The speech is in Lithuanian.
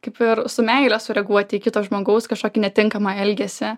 kaip ir su meile sureaguoti į kito žmogaus kažkokį netinkamą elgesį